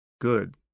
good